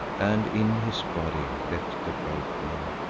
and in his body left the broken